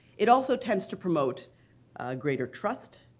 it also tends to promote greater trust,